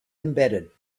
embedded